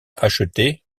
acheter